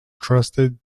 trusted